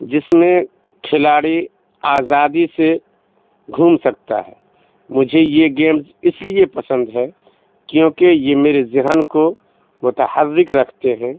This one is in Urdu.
جس میں کھلاڑی آزادی سے گھوم سکتا ہے مجھے یہ گیمز اس لیے پسند ہے کیونکہ یہ میرے ذہن کو متحرک رکھتے ہیں